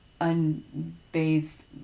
unbathed